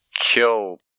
kill